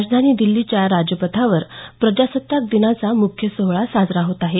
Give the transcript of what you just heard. राजधानी दिल्लीच्या राजपथावर प्रजासत्ताक दिनाचा मुख्य सोहळा साजरा होत आहे